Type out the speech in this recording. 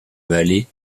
vallée